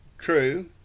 true